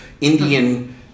Indian